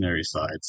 sides